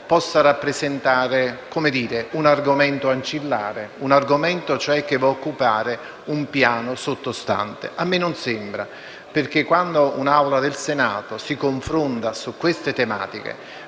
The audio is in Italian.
può rappresentare un argomento ancillare, che va cioè a occupare un piano sottostante. A me così non sembra, perché quando un'Aula del Senato si confronta su queste tematiche,